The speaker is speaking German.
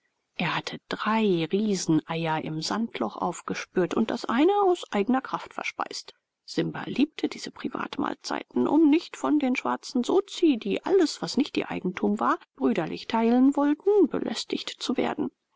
er hatte drei rieseneier im sandloch aufgespürt und das eine aus eigner kraft verspeist simba liebte diese privatmahlzeiten um nicht von den schwarzen sozi die alles was nicht ihr eigentum war brüderlich teilen wollten belästigt zu werden